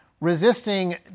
resisting